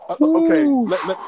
Okay